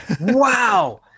Wow